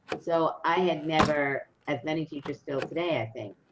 so i had never as many teachers feel today, i think